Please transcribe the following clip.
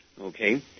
Okay